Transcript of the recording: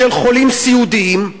של חולים סיעודיים,